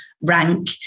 rank